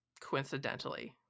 coincidentally